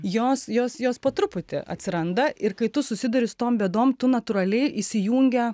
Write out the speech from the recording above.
jos jos jos po truputį atsiranda ir kai tu susiduri su tom bėdom tu natūraliai įsijungia